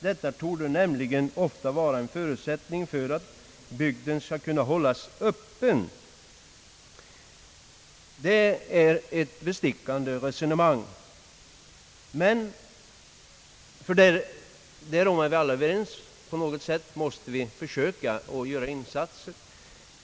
Detta torde nämligen ofta vara en förutsättning för att bygden skall kunna hållas Öppen.» Vi är alla överens om att man på något sätt måste göra insatser för att hålla bygden öppen.